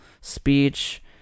speech